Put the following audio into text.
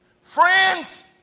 Friends